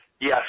Yes